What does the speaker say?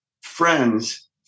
friends